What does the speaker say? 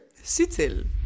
Sutil